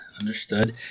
Understood